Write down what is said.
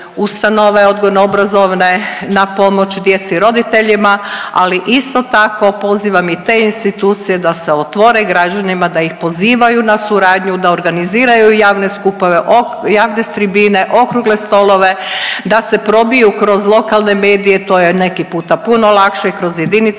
odgojno obrazovne na pomoć djeci i roditeljima, ali isto tako pozivam i te institucije da se otvore građanima, da ih pozivaju na suradnju, da organiziraju javne skupove, javne tribine, okrugle stolove, da se probiju kroz lokalne medije to je neki puta puno lakše i kroz jedinice